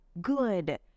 good